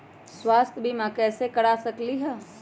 स्वाथ्य बीमा कैसे करा सकीले है?